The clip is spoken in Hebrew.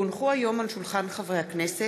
כי הונחו היום על שולחן הכנסת,